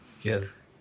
Yes